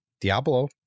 Diablo